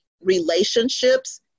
relationships